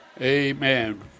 amen